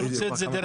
אני רוצה את זה דרך